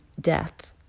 death